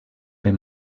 ben